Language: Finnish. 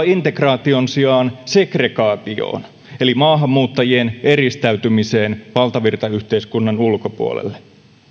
integraation sijaan segregaatioon eli maahanmuuttajien eristäytymiseen valtavirtayhteiskunnan ulkopuolelle